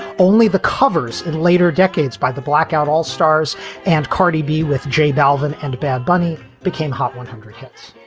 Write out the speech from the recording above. only the covers in later decades by the blackout, all stars and cardi b with j dalven and bad bunny became hot one hundred hits.